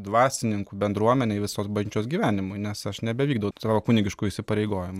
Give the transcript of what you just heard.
dvasininkų bendruomenei visos bažnyčios gyvenimui nes aš nebevykdau savo kunigiškų įsipareigojimų